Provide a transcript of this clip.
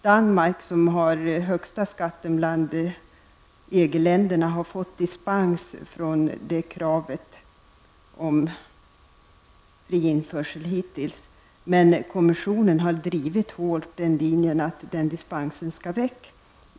Danmark, som har den högsta alkoholskatten bland EG-länderna, har fått dispens från kravet på fri införsel hittills. Men kommissionen har hårt drivit linjen att dispensen skall väck.